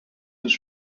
was